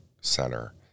Center